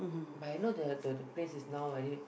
but I know the the the place is now very